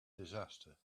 disaster